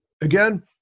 Again